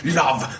love